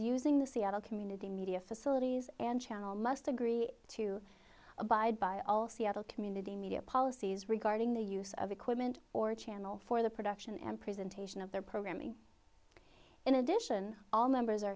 using the seattle community media facilities and channel must agree to abide by all seattle community media policies regarding the use of equipment or channel for the production and presentation of their programming in addition all members are